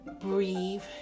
breathe